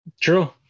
True